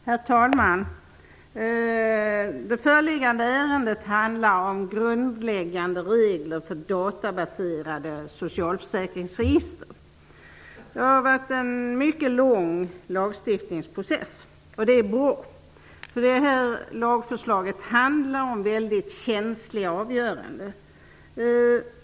Herr talman! Det föreliggande ärendet handlar om grundläggande regler för databaserade socialförsäkringsregister. Det har varit en mycket lång lagstiftningsprocess, och det är bra. Det här lagförslaget handlar om väldigt känsliga avgöranden.